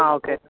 हां ओके